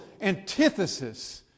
antithesis